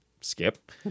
Skip